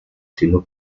sino